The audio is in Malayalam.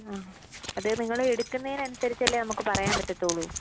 ആ അത് നിങ്ങൾ എടുക്കുന്നതിന് അനുസരിച്ചല്ലേ നമുക്ക് പറയാൻ പറ്റത്തുള്ളൂ